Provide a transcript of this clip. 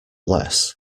less